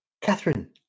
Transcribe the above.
Catherine